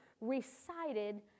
recited